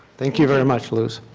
thank you very much, luz.